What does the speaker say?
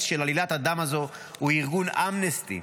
של עלילת הדם הזו הוא ארגון אמנסטי.